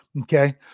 Okay